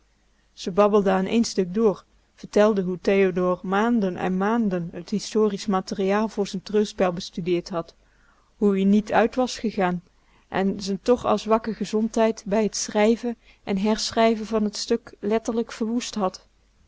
ze babbelde aan één stuk door vertelde hoe theodoor maanden en maanden t historisch materiaal voor z'n treurspel bestudeerd had hoe ie niet uit was gegaan en z'n toch al zwakke gezondheid bij t schrijven en herschrijven van t stuk letterlijk verwoest had